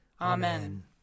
Amen